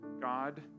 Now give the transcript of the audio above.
God